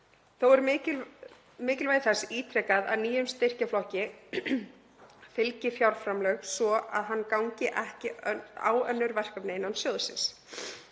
Þó er mikilvægi þess ítrekað að nýjum styrkjaflokki fylgi fjárframlög svo að hann gangi ekki á önnur verkefni innan sjóðsins.